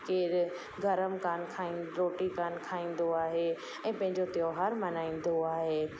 केरु गरम कान खाईं रोटी कान खाईंदो आहे ऐं पंहिंजो त्योहार मनाईंदो आहे